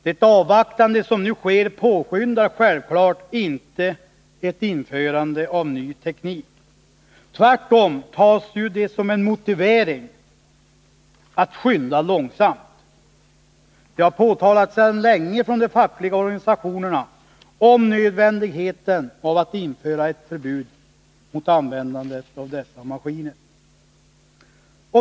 Detta avvaktande påskyndar självklart inte införandet av en ny teknik; tvärtom tas det ju som en motivering för att skynda långsamt. De fackliga organisationerna har länge talat om nödvändigheten av att införa ett förbud mot användande av sådana maskiner.